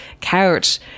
couch